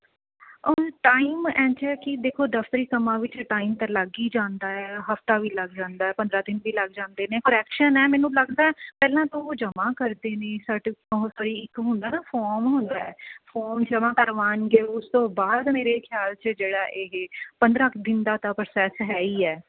ਔਰ time and ਕਿ ਦੇਖੋ ਦਫ਼ਤਰੀ ਕੰਮਾਂ ਵਿੱਚ ਟਾਈਮ ਤਾਂ ਲੱਗ ਹੀ ਜਾਂਦਾ ਹੈ ਹਫ਼ਤਾ ਵੀ ਲੱਗ ਜਾਂਦਾ ਪੰਦਰਾਂ ਦਿਨ ਵੀ ਲੱਗ ਜਾਂਦੇ ਨੇ ਪਰ ਐਕਸ਼ਨ ਹੈ ਮੈਨੂੰ ਲੱਗਦਾ ਪਹਿਲਾਂ ਤਾਂ ਉਹ ਜਮਾਂ ਕਰਦੇ ਨੇ ਸਰਟੀਫਿਕੇਟ ਉਹ ਸੋਰੀ ਇੱਕ ਹੁੰਦਾ ਨਾ ਫੋਰਮ ਹੁੰਦਾ ਹੈ ਫੋਰਮ ਜਮਾਂ ਕਰਵਾਣਗੇ ਉਸ ਤੋਂ ਬਾਅਦ ਮੇਰੇ ਖ਼ਿਆਲ 'ਚ ਜਿਹੜਾ ਇਹ ਪੰਦਰਾਂ ਕੁ ਦਿਨ ਦਾ ਪ੍ਰੋਸੈਸ ਹੈ ਹੀ ਹੈ